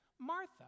Martha